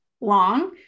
long